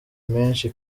menshi